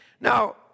Now